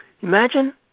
Imagine